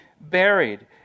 buried